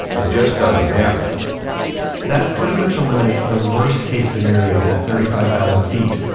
it just doesn't happen that pretty much eliminates the worst case scenario at thirty five thousand feet.